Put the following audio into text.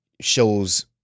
shows